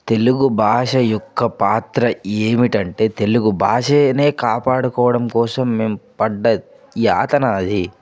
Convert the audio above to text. తెలుగు భాష యొక్క పాత్ర ఏమిటంటే తెలుగు భాషనే కాపాడుకోవడం కోసం మేము పడ్డ యాతన అది